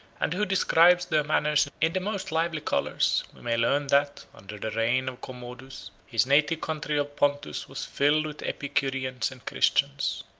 and who describes their manners in the most lively colors, we may learn that, under the reign of commodus, his native country of pontus was filled with epicureans and christians.